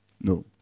no